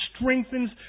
strengthens